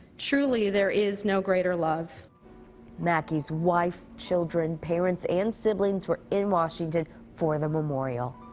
truly there is no greater love mackey's wife, children, parents, and siblings were in washington for the memorial.